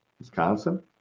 Wisconsin